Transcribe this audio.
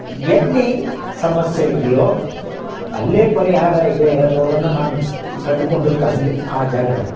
ಎಲ್ಲಿ ಸಮಸ್ಯೆ ಇದಿಯೋ ಅಲ್ಲೇ ಪರಿಹಾರ ಇದೆ ಅನ್ನೋದನ್ನ ನಾನು ಕಂಡ್ಕೊಂಡದ್ದು ಅಲ್ಲೆ ಆ ಜಾಗ್ದಾಗ